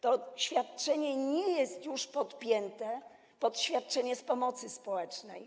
To świadczenie nie jest już podpięte pod świadczenia z pomocy społecznej.